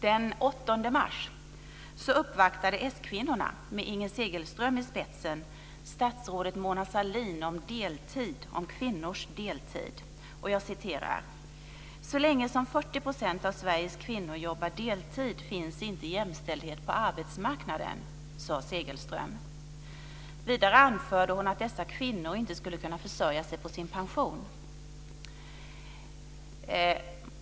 Den 8 mars uppvaktade s-kvinnorna med Inger Segelström i spetsen statsrådet Mona Sahlin om kvinnors deltid. "Så länge som 40 % av Sveriges kvinnor jobbar deltid finns inte jämställdhet på arbetsmarknaden", sade Segelström. Vidare anförde hon att dessa kvinnor inte skulle kunna försörja sig på sin pension.